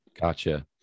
gotcha